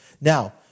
Now